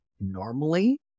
normally